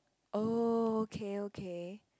oh okay okay